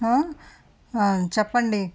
ఆ ఆ చెప్పండి